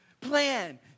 plan